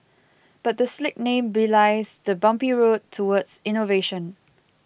but the slick name belies the bumpy road towards innovation